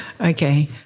Okay